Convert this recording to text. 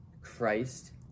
Christ